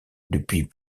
depuis